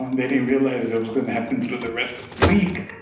and they didn't realize it was going to happen through the rest week